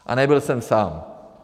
A nebyl jsem sám.